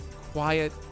quiet